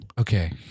Okay